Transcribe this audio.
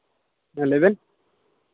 ᱞᱟᱹᱭᱵᱮᱱ